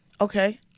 okay